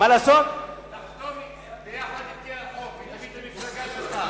תגיד למפלגה שלך,